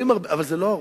אבל זה לא הרוב,